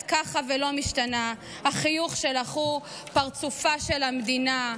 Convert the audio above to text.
ככה ולא משתנה / החיוך שלך הוא / פרצופה של המדינה."